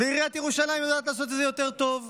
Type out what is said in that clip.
ועיריית ירושלים יודעת לעשות את זה יותר טוב.